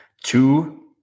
Two